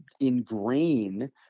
ingrain